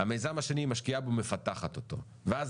המיזם השני היא משקיעה ומפתחת אותו ואז